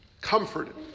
comforted